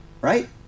right